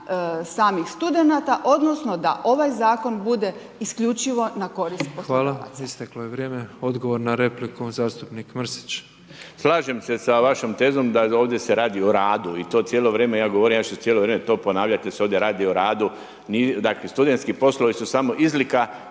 samih studenata odnosno da ovaj zakon bude isključivo na korist poslodavaca. **Petrov, Božo (MOST)** Hvala, isteklo je vrijeme, odgovor na repliku, zastupnik Mrsić. **Mrsić, Mirando (Nezavisni)** Slažem se sa vašom tezom da ovdje se radi o radu i to cijelo ja govorim, ja ću cijelo vrijeme to ponavljati da se ovdje radi o radu. Dakle, studentski poslovi su samo izlika